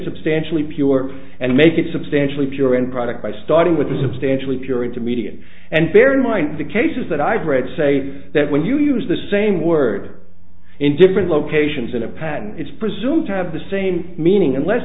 substantially pure and make it substantially pure end product by starting with a substantially pure into medium and bear in mind the cases that i've read save that when you use the same word in different locations in a pattern it's presumed to have the same meaning unless